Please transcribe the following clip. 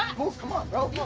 move, come on bro,